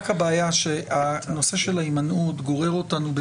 רק הבעיה שהנושא של ההימנעות גורר אותנו,